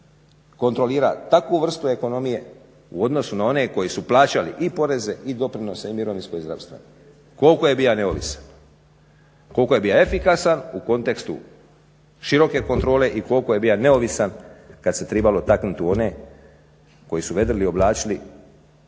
kontrolirao takvu vrstu ekonomije u odnosu na one koji su plaćali i poreze i doprinose i mirovinsko i zdravstveno? Koliko je bio neovisan? Koliko je bio efikasan u kontekstu široke kontrole i koliko je bio neovisan kada se trebalo taknuti u one koji su vedrili i oblačili